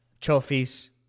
Chofis